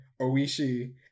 Oishi